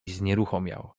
znieruchomiał